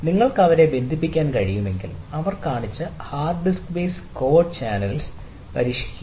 നിങ്ങൾക്ക് അവരെ ബന്ധിപ്പിക്കാൻ കഴിയുമെങ്കിൽ അവർ കാണിച്ച ഹാർഡ് ഡിസ്ക് ബേസ് കോവർട്ട് ചാനലുകൾ പരീക്ഷിക്കുക